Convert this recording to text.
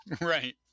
Right